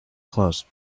closed